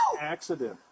accident